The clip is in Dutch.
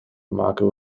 maken